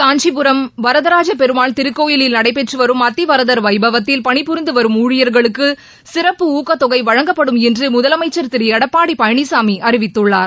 காஞ்சிபுரம் வரதராஜ பெருமாள் திருக்கோயிலில் நடைபெற்று வரும் அத்திவரதர் வைபத்தில் பணிபுரிந்து வரும் ஊழியர்களுக்கு சிறப்பு ஊக்கத் தொகை வழங்கப்படும் என்று முதலமைச்சர் திரு எடப்பாடி பழனிசாமி அறிவித்துள்ளார்